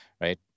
right